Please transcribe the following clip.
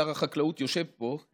שר החקלאות יושב פה,